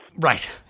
Right